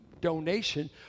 donation